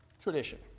tradition